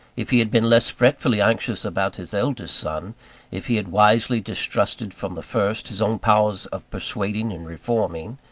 if he had been less fretfully anxious about his eldest son if he had wisely distrusted from the first his own powers of persuading and reforming,